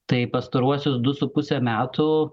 tai pastaruosius du su puse metų